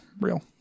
real